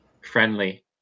Friendly